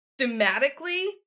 thematically